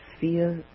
feel